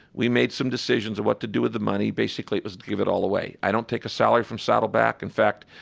we made some decisions on what to do with the money. basically, it was to give it all away. i don't take the salary from saddleback. in fact,